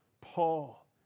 Paul